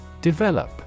Develop